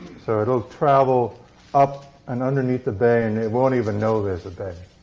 so it'll travel up and underneath the bay, and it won't even know there's a bay.